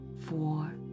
four